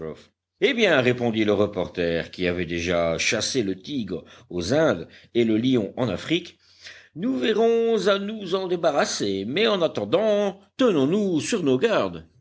eh bien répondit le reporter qui avait déjà chassé le tigre aux indes et le lion en afrique nous verrons à nous en débarrasser mais en attendant tenons-nous sur nos gardes